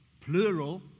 plural